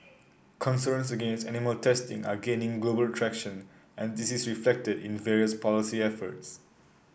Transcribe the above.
concerns against animal testing are gaining global traction and this is reflected in various policy efforts